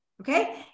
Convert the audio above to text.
Okay